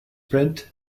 print